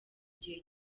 gihe